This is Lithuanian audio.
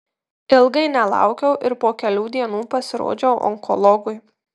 ilgai nelaukiau ir po kelių dienų pasirodžiau onkologui